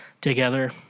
together